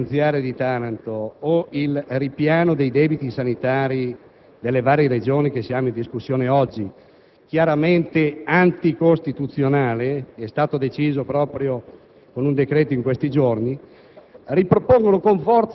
classe famosa perché sono i farmaci che dobbiamo pagare, di cui si è molto discusso, e che rimane uno dei problemi più sentiti da tutti i nostri cittadini. Insomma, un vero disastro, sotto tutti i punti di vista.